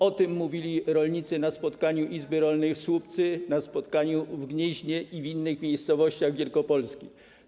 O tym mówili rolnicy na spotkaniu izby rolniczej w Słupcy, na spotkaniu w Gnieźnie i w innych miejscowościach wielkopolskich.